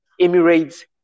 Emirates